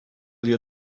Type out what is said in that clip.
you